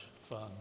fun